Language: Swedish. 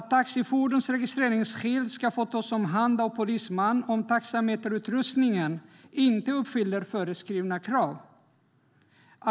Taxifordons registreringsskylt ska få tas om hand av polisman om taxameterutrustningen inte uppfyller föreskrivna krav.